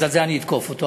אז על זה אני אתקוף אותו,